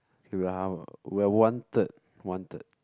K we are half ah we are one third one third